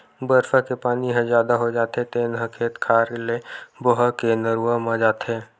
बरसा के पानी ह जादा हो जाथे तेन ह खेत खार ले बोहा के नरूवा म जाथे